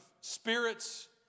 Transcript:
spirits